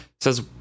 Says